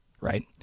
right